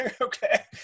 Okay